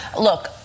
look